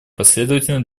последовательно